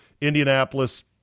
Indianapolis